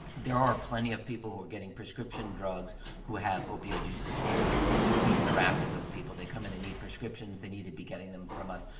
there are plenty of people who are getting prescription drugs who have opioid use disorder and we interact with those people. they come and they need prescriptions, they need to be getting them from us.